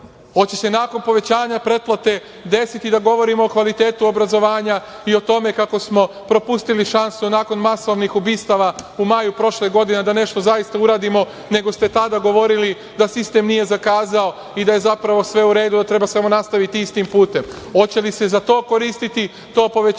li se nakon povećanja pretplate desiti da govorimo o kvalitetu obrazovanja i o tome kako smo propustili šansu nakon masovnih ubistava u maju prošle godine da nešto zaista uradimo, nego ste tada govorili da sistem nije zakazao i da je zapravo sve u redu, da treba samo nastaviti istim putem? Hoće li se za to koristiti to povećanje